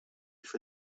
for